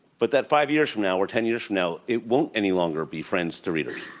but that five years from now or ten years from now it won't any longer be friends to readers?